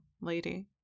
lady